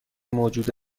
موجود